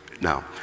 Now